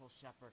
shepherd